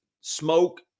smoke